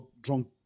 drunk